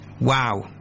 Wow